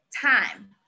time